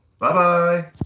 Bye-bye